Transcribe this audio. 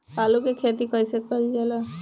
आलू की खेती कइसे कइल जाला?